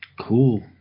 Cool